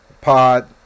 pod